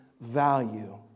value